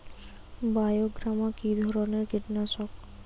বায়োগ্রামা কিধরনের কীটনাশক?